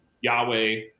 Yahweh